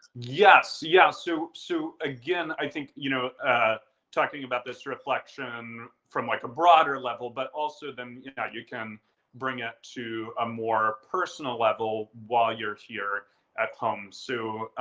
yes, yeah. so so again, i think, you know talking about this reflection from like a broader level, but also then you and you can bring it to a more personal level while you're here at home. so